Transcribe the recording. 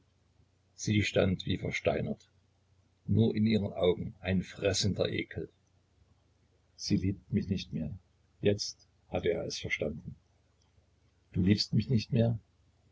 sie stand wie versteinert nur in ihren augen ein fressender ekel sie liebt mich nicht mehr jetzt hatte er es verstanden du liebst mich nicht mehr